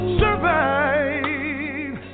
survive